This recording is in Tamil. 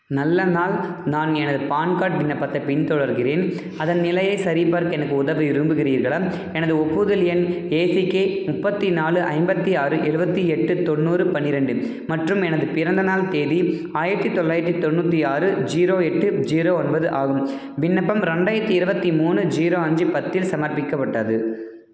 நல்ல நாள் நான் எனது பான் கார்ட் விண்ணப்பத்தைப் பின்தொடர்கின்றேன் அதன் நிலையைச் சரிபார்க்க எனக்கு உதவ விரும்புகிறீர்களா எனது ஒப்புதல் எண் ஏசிகே முப்பத்தி நாலு ஐம்பத்தி ஆறு எழுவத்தி எட்டு தொண்ணூறு பன்னிரெண்டு மற்றும் எனது பிறந்தநாள் தேதி ஆயிரத்தி தொள்ளாயிரத்தி தொண்ணூற்றி ஆறு ஜீரோ எட்டு ஜீரோ ஒன்பது ஆகும் விண்ணப்பம் ரெண்டாயிரத்தி இருபத்தி மூணு ஜீரோ அஞ்சு பத்தில் சமர்ப்பிக்கப்பட்டது